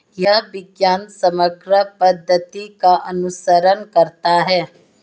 यह विज्ञान समग्र पद्धति का अनुसरण करता है